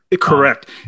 Correct